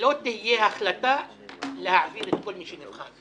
לא תהיה החלטה להעביר את כל מי שנבחן.